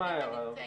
למה ההערה הזאת?